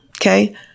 Okay